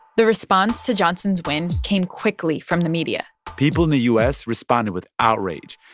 the response to johnson's win came quickly from the media people and the u s. responded with outrage,